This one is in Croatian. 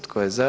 Tko je za?